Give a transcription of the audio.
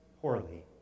poorly